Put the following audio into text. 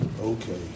Okay